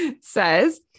says